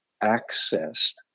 access